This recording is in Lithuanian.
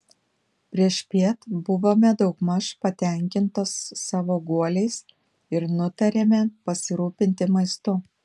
priešpiet buvome daugmaž patenkintos savo guoliais ir nutarėme pasirūpinti maistu